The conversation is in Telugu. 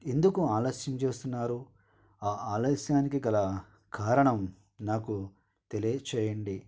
ఎందుకు ఆలస్యం చేస్తున్నారు ఆ ఆలస్యానికి గల కారణం నాకు తెలియజేయండి